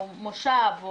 או מושב.